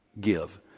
give